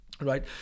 Right